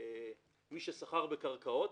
מי שסחרו בקרקעות.